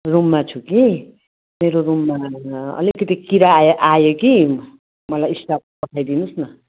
रुममा छु कि मेरो रुममा अलिकति किरा आय आयो कि मलाई स्टाफ पठाइदिनुहोस् न